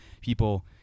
people